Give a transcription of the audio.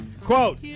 Quote